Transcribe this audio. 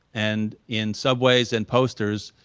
and in subways and posters,